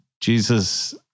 Jesus